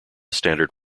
standard